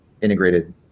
integrated